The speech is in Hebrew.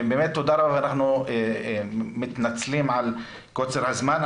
תודה רבה ואנחנו מתנצלים על קוצר הזמן.